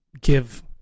give